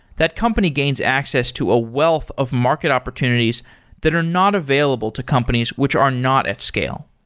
that company gains access to a wealth of market opportunities that are not available to companies which are not at scale.